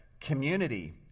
community